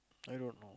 I go